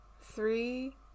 Three